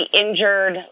injured